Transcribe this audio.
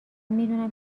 میدونم